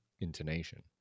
intonation